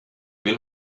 will